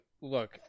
look